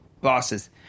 bosses